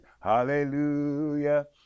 Hallelujah